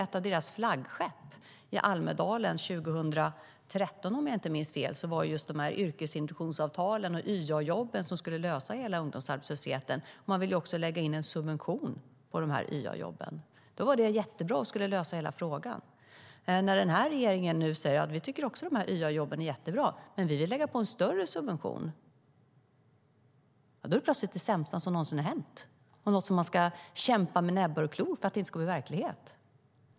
Ett av deras flaggskepp i Almedalen 2013, om jag inte minns fel, var just yrkesintroduktionsavtalen och YA-jobben som skulle lösa hela ungdomsarbetslösheten. Man ville också lägga in en subvention för YA-jobben. Det var jättebra och skulle lösa hela frågan. När regeringen nu säger: Vi tycker också att YA-jobben är jättebra, men vi vill lägga på en större subvention, är det plötsligt det sämsta som någonsin hänt och något som man ska kämpa med näbbar och klor mot för att det inte ska bli verklighet.